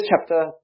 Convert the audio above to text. chapter